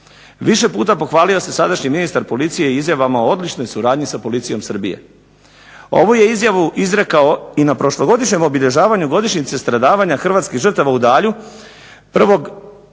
Više puta pohvalio se sadašnji ministar policije izjavama o odličnoj suradnji sa policijom Srbije. Ovu je izreku izrekao i na prošlogodišnje obilježavanju godišnjice stradavanja hrvatskih žrtava u DAlju 1. kolovoza